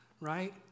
right